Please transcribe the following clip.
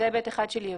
זה היבט אחד של יבוא.